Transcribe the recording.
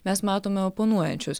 mes matome oponuojančius